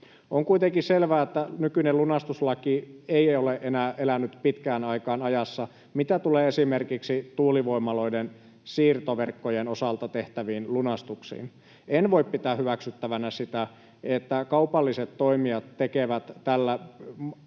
On kuitenkin selvää, että nykyinen lunastuslaki ei ole elänyt enää pitkään aikaan ajassa, mitä tulee esimerkiksi tuulivoimaloiden siirtoverkkojen osalta tehtäviin lunastuksiin. En voi pitää hyväksyttävänä sitä, että kaupalliset toimijat tekevät tällä maanlunastuksella